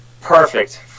Perfect